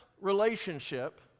relationship